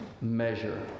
measure